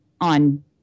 On